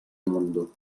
mundo